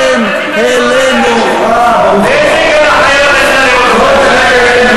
אבל באיזה גן-חיות רצית לראות את,